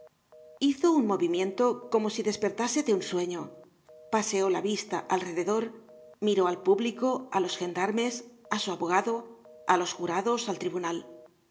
hizo un movimiento como si despertase de un sueño paseó la vista alrededor miró al público álos gendarmes á su abogado á los jurados al tribunal